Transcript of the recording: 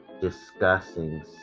discussing